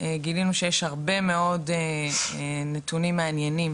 גילינו שיש הרבה מאוד נתונים מעניינים